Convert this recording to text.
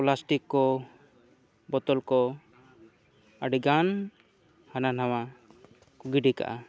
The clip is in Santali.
ᱯᱞᱟᱥᱴᱤᱠ ᱠᱚ ᱵᱳᱛᱚᱞ ᱠᱚ ᱟᱹᱰᱤᱜᱟᱱ ᱦᱟᱱᱟ ᱱᱚᱣᱟ ᱠᱚ ᱜᱤᱰᱤ ᱠᱟᱜᱼᱟ